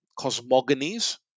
cosmogonies